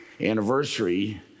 anniversary